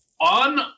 on